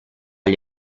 gli